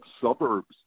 suburbs